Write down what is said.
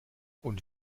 und